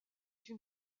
une